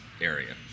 area